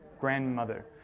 grandmother